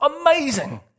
amazing